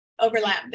overlap